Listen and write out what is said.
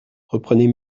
reprenait